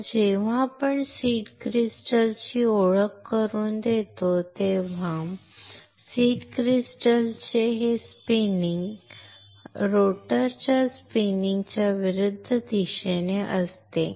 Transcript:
आता जेव्हा आपण सीड क्रिस्टल ची ओळख करून देतो आणि सीड क्रिस्टलचे हे स्पिनिंग रोटरच्या स्पिनिंगच्या विरुद्ध दिशेने असते